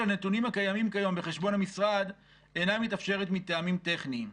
הנתונים הקיימים כיום בחשבון המשרד אינם מתאפשרת מטעמים טכניים.